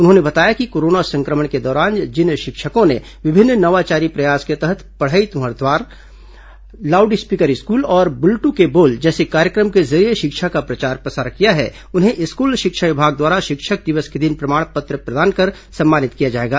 उन्होंने बताया कि कोरोना संक्रमण के दौरान जिन शिक्षकों ने विभिन्न नवाचारी प्रयास के तहत पढ़ई तुंहर पारा लाउड स्पीकर स्कूल और बुलटू के बोल जैसे कार्यक्रम के जरिये शिक्षा का प्रचार प्रसार किया है उन्हें स्कूल शिक्षा विभाग द्वारा शिक्षक दिवस के दिन प्रमाण पत्र प्रदान कर सम्मानित किया जाएगा